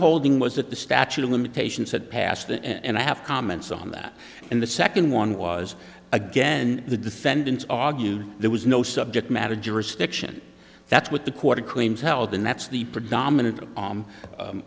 holding was that the statute of limitations had passed and i have comments on that and the second one was again the defendants argued there was no subject matter jurisdiction that's what the court of claims held and that's the predominant